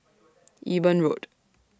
Eben Road